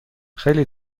خیلی